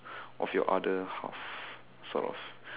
of your other half sort of